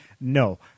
No